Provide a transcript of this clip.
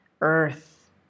earth